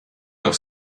noch